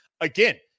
again